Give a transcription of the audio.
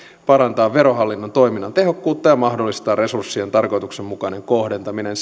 parantaa verohallinnon toiminnan tehokkuutta ja mahdollistaa resurssien tarkoituksenmukainen kohdentaminen